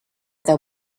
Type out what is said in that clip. there